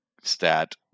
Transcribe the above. stat